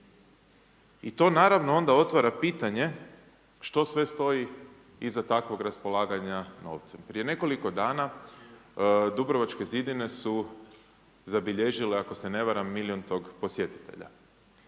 i to naravno onda otvara pitanje što sve stoji iza takvog raspolaganja novcem. Prije nekoliko dana dubrovačke zidine, su zabilježile, ako se ne varam milijuntog posjetitelja.